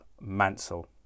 Mansell